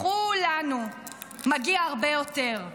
לכולנו מגיע הרבה יותר.